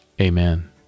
Amen